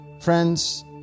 Friends